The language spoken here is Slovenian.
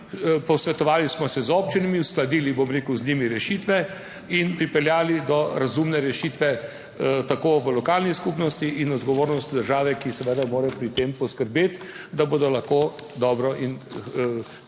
posvetovali smo se z občinami, uskladili, bo m rekel, z njimi rešitve in pripeljali do razumne rešitve tako v lokalni skupnosti in odgovornost države, ki seveda mora pri tem poskrbeti, da bodo lahko dobro